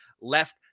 left